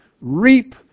reap